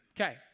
Okay